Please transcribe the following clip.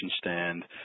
stand